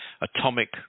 atomic